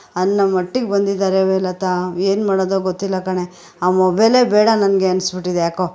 ಅನ್ನೋ ಮಟ್ಟಿಗೆ ಬಂದಿದಾರೆ ವೆ ಲತಾ ಏನ್ಮಾಡೋದೋ ಗೊತ್ತಿಲ್ಲ ಕಣೆ ಆ ಮೊಬೈಲೇ ಬೇಡ ನನಗೆ ಅನಿಸ್ಬಿಟ್ಟಿದೆ ಯಾಕೋ